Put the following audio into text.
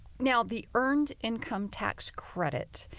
now, the earned income tax credit,